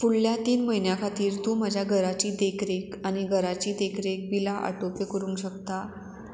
फुडल्या तीन म्हयन्या खातीर तूं म्हज्या घराची देखरेख आनी घराची देखरेख बिलां ऑटोपे करूंक शकता